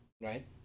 right